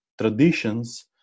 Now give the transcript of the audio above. traditions